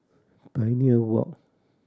Pioneer Walk